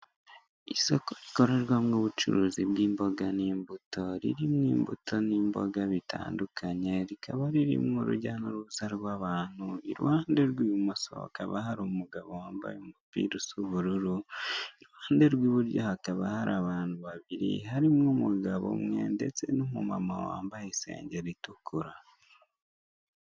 Isoko rikorerwamo ubucuruzi bw'imboga n'imbuto ririmo imboga n'imbuto bitandukanye, rikaba ririmo urujya n'uruza rw'abantu. Iruhande rw'ibumoso hakaba hari umugabo wambaye umupira usa ubururu, iruhande rw'iburyo hakaba hari abantu babiri harimo umugabo umwe ndetse n'umumama wambaye isengeri itukura.